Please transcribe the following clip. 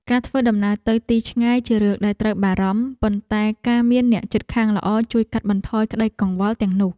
ការធ្វើដំណើរទៅទីឆ្ងាយជារឿងដែលត្រូវបារម្ភ ប៉ុន្តែការមានអ្នកជិតខាងល្អជួយកាត់បន្ថយក្តីកង្វល់ទាំងនោះ។